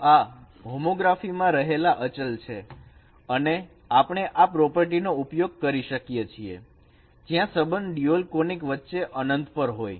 તો આ હોમોગ્રાફી માં રહેલા અચલ છે અને આપણે આ પ્રોપર્ટી નો ઉપયોગ કરી શકીએ છીએ જ્યાં સબંધ ડ્યુઅલ કોનીક વચ્ચે અનંત પર હોય